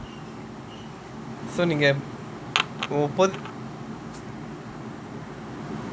so நீங்க:neenga